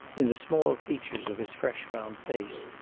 in the small features of his fresh round face,